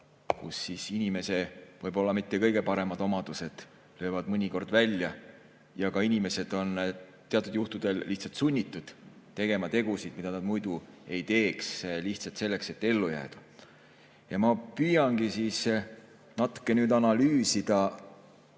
kus inimese võib-olla mitte kõige paremad omadused löövad mõnikord välja ja inimesed on teatud juhtudel lihtsalt sunnitud tegema tegusid, mida nad muidu ei teeks, lihtsalt selleks, et ellu jääda. Ma püüangi nüüd natuke analüüsida